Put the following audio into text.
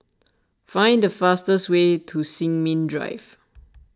find the fastest way to Sin Ming Drive